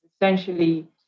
essentially